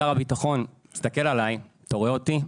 שר הביטחון, תסתכל עליי, אתה רואה אותי?